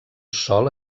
sol